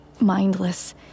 mindless